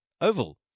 oval